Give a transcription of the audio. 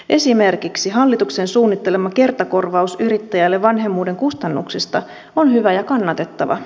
esimerkiksi hallituksen suunnittelema kertakorvaus yrittäjälle vanhemmuuden kustannuksista on hyvä ja kannatettava